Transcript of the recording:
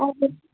okay